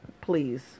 please